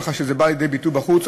ככה שזה בא לידי ביטוי בחוץ.